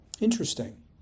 Interesting